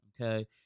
okay